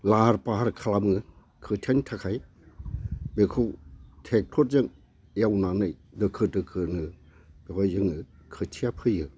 लाहार फाहार खालामो खोथियानि थाखाय बेखौ ट्रेक्टरजों एवनानै दोखो दोखोनो बेवहाय जोङो खोथिया फोयो